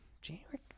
January